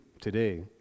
today